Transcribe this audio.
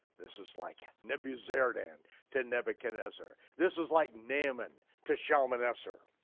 this is like nebuzaradan to nebuchadnezzar, this is like naaman to shalmaneser.